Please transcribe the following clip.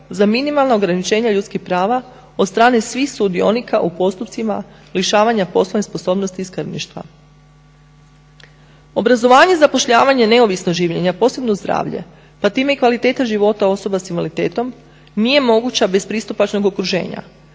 za minimalna ograničenja ljudskih prava od strane svih sudionika u postupcima lišavanja poslovne sposobnosti i skrbništva. Obrazovanje i zapošljavanje neovisno življenja posebno zdravlja pa time i kvaliteta života osoba sa invaliditetom nije moguća bez pristupačnog okruženja